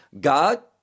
God